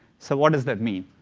so what does that mean?